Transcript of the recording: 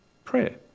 prayer